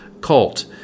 cult